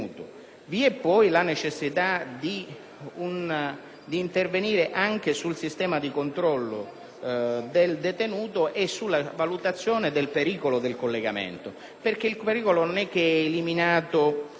di intervenire anche sul sistema di controllo del detenuto e sulla valutazione del pericolo del collegamento. Il riferimento che viene fatto alla